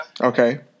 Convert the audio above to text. Okay